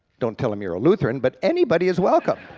don't tell em you're a lutheran, but anybody is welcome.